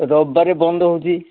ରବିବାର ବନ୍ଦ ହେଉଛି